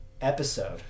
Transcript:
episode